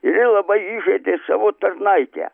ir ji labai įžeidė savo tarnaitę